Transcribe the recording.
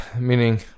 meaning